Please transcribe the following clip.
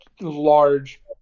large